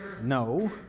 No